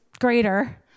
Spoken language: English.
greater